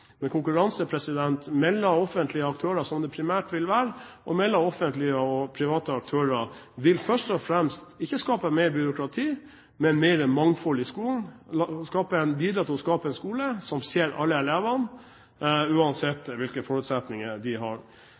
Men konkurranse mellom offentlige aktører, som det primært vil være, og mellom offentlige og private aktører vil først og fremst ikke skape mer byråkrati, men mer mangfold i skolen, og bidra til å skape en skole som ser alle elevene – uansett hvilke forutsetninger de har.